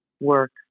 work